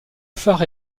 phare